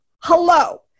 Hello